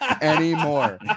anymore